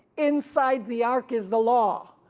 inside the ark is the law,